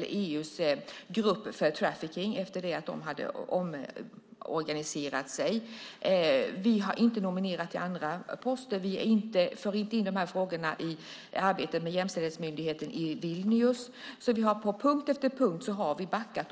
EU:s grupp mot trafficking efter det att den hade omorganiserat sig. Vi har inte nominerat till andra poster. Vi för inte in de här frågorna i arbetet med Jämställdhetsmyndigheten i Vilnius. På punkt efter punkt har vi backat.